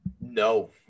no